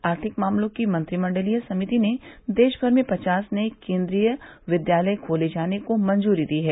आर्थिक मामलों की मंत्रिमंडलीय समिति ने देशभर में पचास नये केंद्रीय विद्यालय खोले जाने को मंजूरी दी है